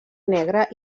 negra